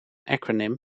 acronym